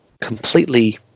completely